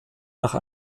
nach